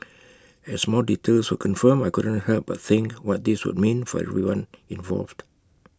as more details were confirmed I couldn't help but think what this would mean for everyone involved